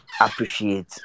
appreciate